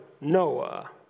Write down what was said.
Noah